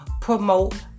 promote